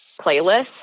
playlist